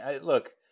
Look